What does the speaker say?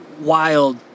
wild